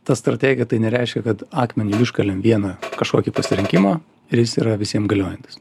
ta strategija tai nereiškia kad akmenį iškalėm vieną kažkokį pasirinkimą ir jis yra visiem galiojantis